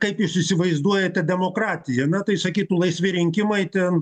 kaip jūs įsivaizduojate demokratiją na tai sakytų laisvi rinkimai ten